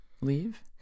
leave